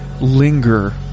linger